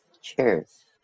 cheers